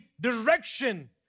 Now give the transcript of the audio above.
direction